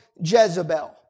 Jezebel